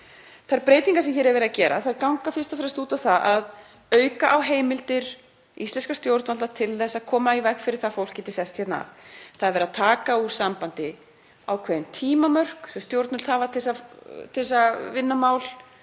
Þær breytingar sem hér er verið að gera ganga fyrst og fremst út á það að auka á heimildir íslenskra stjórnvalda til að koma í veg fyrir að fólk geti sest hér að. Það er verið að taka úr sambandi ákveðin tímamörk sem stjórnvöld hafa til að vinna mál